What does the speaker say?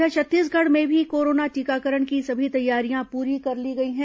इधर छत्तीसगढ़ में भी कोरोना टीकाकरण की सभी तैयारियां पूरी कर ली गई हैं